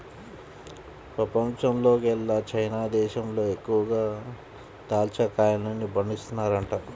పెపంచంలోకెల్లా చైనా దేశంలో ఎక్కువగా దాచ్చా కాయల్ని పండిత్తన్నారంట